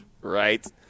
Right